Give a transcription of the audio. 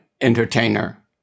entertainer